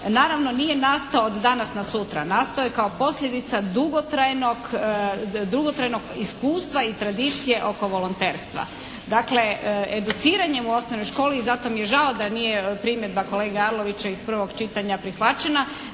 naravno, nije nastao od danas na sutra. Nastao je kao posljedica dugotrajnog iskustva i tradicije oko volonterstva. Dakle, educiranjem u osnovnoj školi i zato mi je žao da nije primjedba kolege Arlovića iz prvog čitanja prihvaćena.